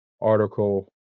article